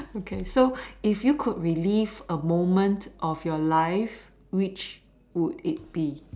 okay so if you could relieve a moment of your life which could it be